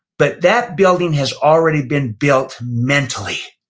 but that building has already been built mentally.